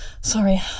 Sorry